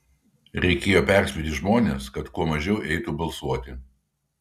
reikėjo perspėti žmones kad kuo mažiau eitų balsuoti